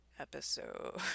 episode